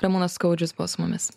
ramūnas skaudžius buvo su mumis